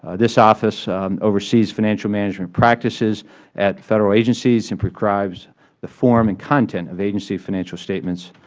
ah this office oversees financial management practices at federal agencies and prescribes the form and content of agency financial statements.